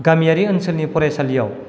गामियारि ओनसोलनि फरायसालियाव